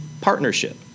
partnership